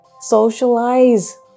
socialize